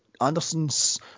anderson's